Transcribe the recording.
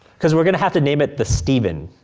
cause we're gonna have to name it the steven.